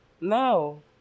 No